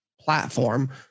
platform